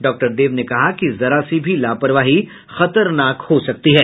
doctor Dev ने कहा कि जरा सी भी लापरवाही खतरनाक हो सकती है